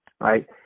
Right